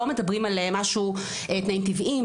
לא מדברים על תנאים טבעיים,